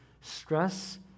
stress